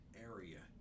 area